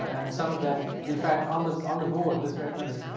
and some of them, in fact, on the on the board this very minute,